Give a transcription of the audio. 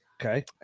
Okay